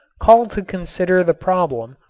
called to consider the problem,